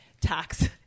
tax